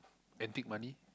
antique money